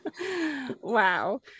Wow